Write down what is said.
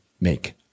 make